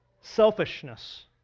selfishness